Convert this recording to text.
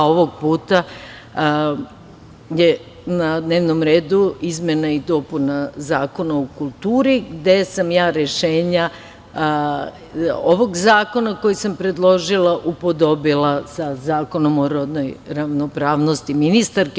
Ovog puta je na dnevnom redu izmena i dopuna Zakona o kulturi, gde sam ja rešenja ovog zakona koji sam predložila upodobila sa Zakonom o rodnoj ravnopravnosti ministarke.